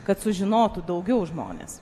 kad sužinotų daugiau žmonės